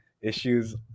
issues